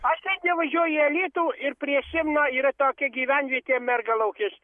aš tai nevažiuoju į alytų ir prie simno yra tokia gyvenvietė mergalaukis